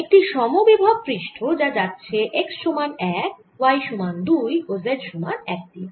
একটি সম বিভব পৃষ্ঠ যা যাচ্ছে x সমান 1 y সমান 2 and z সমান 1 দিয়ে